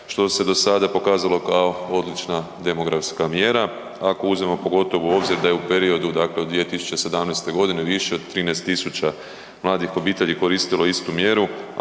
što se do sada pokazalo kao odlična demografska mjera, ako uzmemo pogotovo u obzir da je u periodu od 2017. godine više od 13.000 mladih obitelji koristilo istu mjeru.